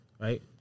right